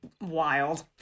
wild